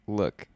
look